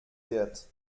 wird